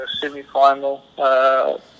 semi-final